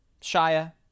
Shia